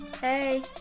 hey